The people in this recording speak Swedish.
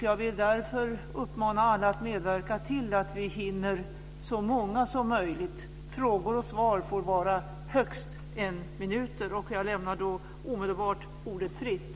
Jag vill därför uppmana alla att medverka till att vi hinner så många som möjligt. Frågor och svar får vara högst en minut. Jag lämnar omedelbart ordet fritt.